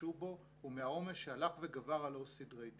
שהתרחשו בו ומהעומס שהלך וגבר על העובדות הסוציאליות לסדרי דין.